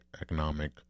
economic